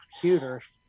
computers